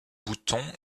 bouton